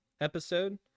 episode